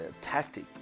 tactic